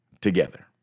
together